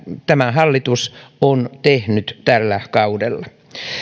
tämä hallitus on tehnyt tällä kaudella